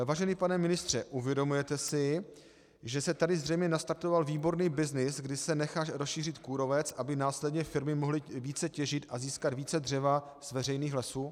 Vážený pane ministře, uvědomujete si, že se tady zřejmě nastartoval výborný byznys, kdy se nechá rozšířit kůrovec, aby následně firmy mohly více těžit a získat více dřeva z veřejných lesů?